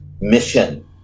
mission